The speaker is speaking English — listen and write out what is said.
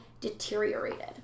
deteriorated